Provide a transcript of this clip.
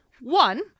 One